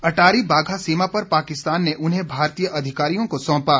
अटारी बाघा सीमा पर पाकिस्तान ने उन्हें भारतीय अधिकारियों को सोंपा